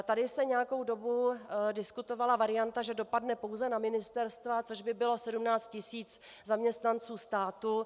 Tady se nějakou dobu diskutovala varianta, že dopadne pouze na ministerstva, což by bylo 17 tisíc zaměstnanců státu.